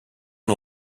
and